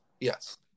Yes